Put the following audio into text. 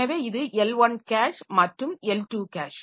எனவே இது L 1 cache மற்றும் எல் 2 கேஷ்